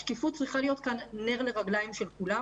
השקיפות צריכה להיות כאן נר לרגליים של כולם